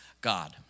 God